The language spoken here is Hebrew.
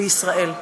בישראל.